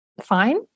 fine